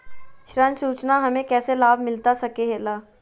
ऋण सूचना हमें कैसे लाभ मिलता सके ला?